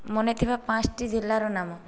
ମନେ ଥିବା ପାଞ୍ଚଟି ଜିଲ୍ଲାର ନାମ